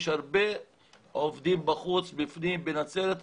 יש הרבה עובדים מחוץ לנצרת ובתוך נצרת,